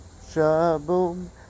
Shaboom